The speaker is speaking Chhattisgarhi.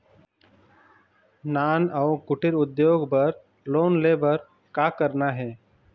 नान अउ कुटीर उद्योग बर लोन ले बर का करना हे?